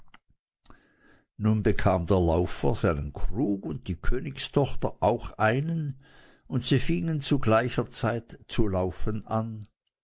nun bekam der laufer einen krug und die königstochter auch einen und sie fingen zu gleicher zeit zu laufen an